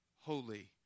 holy